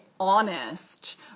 honest